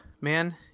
man